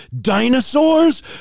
dinosaurs